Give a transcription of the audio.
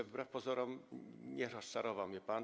Wbrew pozorom nie rozczarował mnie pan.